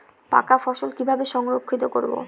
পাকা ফসল কিভাবে সংরক্ষিত করব?